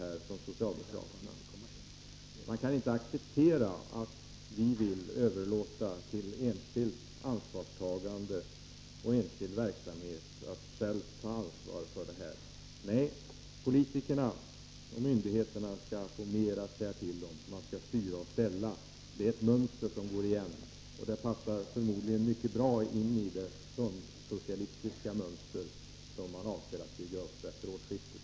De kan inte accepera att åtgärder inom industridepartementets område vi vill överlåta ansvarstagandet till enskild verksamhet. Nej, politikerna och myndigheterna skall få mer att säga till om — de skall styra och ställa. Det är ett mönster som går igen, och det passar förmodligen mycket bra in i den fondsocialistiska modell som socialdemokraterna avser att bygga upp efter årsskiftet.